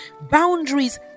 Boundaries